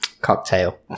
Cocktail